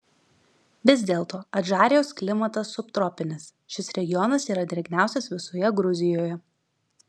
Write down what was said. vis dėlto adžarijos klimatas subtropinis šis regionas yra drėgniausias visoje gruzijoje